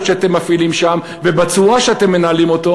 שאתם מפעילים שם ובצורה שאתם מנהלים אותו,